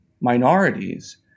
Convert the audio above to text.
minorities